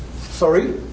Sorry